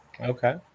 Okay